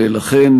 ולכן,